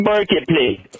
Marketplace